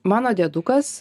mano diedukas